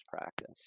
practice